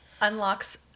Unlocks